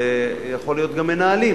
זה יכול להיות גם מנהלים.